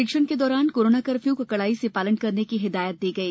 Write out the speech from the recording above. निरीक्षण के दौरान कोरोना कर्फ्यू का कड़ाई से पालन करने की हिदायत दी गयी